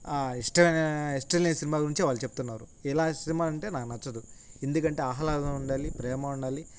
ఇష్ట ఇష్టంలేనే సినిమా గురించి వాళ్ళు చెప్తున్నారు ఎలా సినిమా అంటే నాకు నచ్చదు ఎందుకంటే ఆహ్లాదం ఉండాలి ప్రేమ ఉండాలి